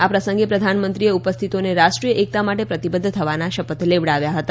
આ પ્રસંગે પ્રધાનમંત્રીએ ઉપસ્થિતોને રાષ્ટ્રીય એકતા માટે પ્રતિબદ્ધ થવાના શપથ લેવડાવ્યા હતા